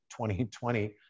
2020